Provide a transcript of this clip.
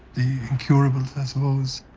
the incurables i suppose.